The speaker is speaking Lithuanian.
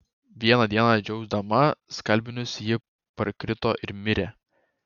vieną dieną džiaudama skalbinius ji parkrito ir mirė